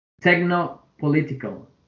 techno-political